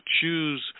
choose